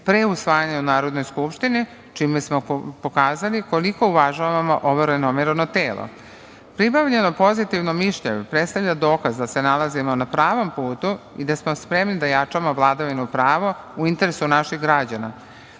pre usvajanja Narodne skupštine, čime smo pokazali koliko uvažavamo ovo renomirano telo. Pribavljeno pozitivno mišljenje predstavlja dokaz da se nalazimo na pravom putu i da smo spremni da jačamo vladavinu prava u interesu naših građana.